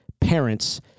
parents